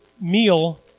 meal